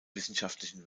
wissenschaftlichen